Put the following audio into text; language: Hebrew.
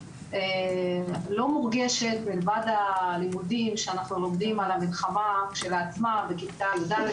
לא מורגשת מלבד הלימודים שאנחנו לומדים על המלחמה כשלעצמה בכיתה יא',